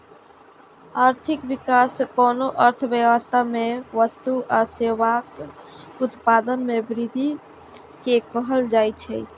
आर्थिक विकास कोनो अर्थव्यवस्था मे वस्तु आ सेवाक उत्पादन मे वृद्धि कें कहल जाइ छै